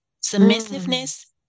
Submissiveness